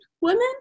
women